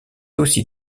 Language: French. aussi